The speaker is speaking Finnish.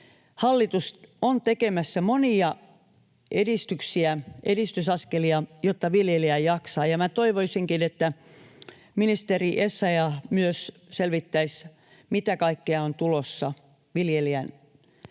hallitus on ottamassa monia edistysaskelia, jotta viljelijä jaksaa. Minä toivoisinkin, että ministeri Essayah myös selvittäisi, mitä kaikkea on tulossa viljelijän ja